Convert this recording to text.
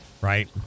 Right